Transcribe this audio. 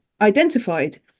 identified